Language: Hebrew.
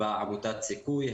בעמותת סיכוי,